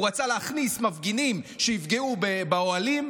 הוא רצה להכניס מפגינים שיפגעו באוהלים,